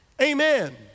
Amen